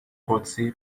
قدسی